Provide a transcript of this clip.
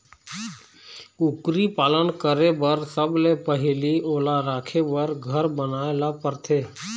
कुकरी पालन करे बर सबले पहिली ओला राखे बर घर बनाए ल परथे